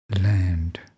land